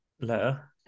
letter